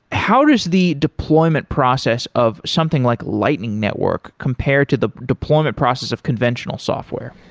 how does the deployment process of something like lightning network compare to the deployment process of conventional software?